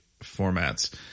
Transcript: formats